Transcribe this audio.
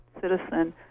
citizen